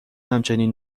همچنین